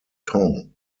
tong